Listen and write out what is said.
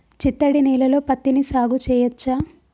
చిత్తడి నేలలో పత్తిని సాగు చేయచ్చా?